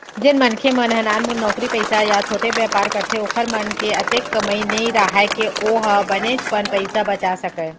जेन मनखे मन ह नानमुन नउकरी पइसा या छोटे बयपार करथे ओखर मन के अतेक कमई नइ राहय के ओ ह बनेचपन पइसा बचा सकय